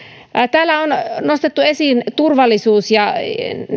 täällä on nostettu esiin turvallisuus ja